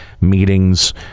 meetings